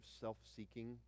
self-seeking